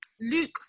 Luke